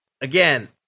again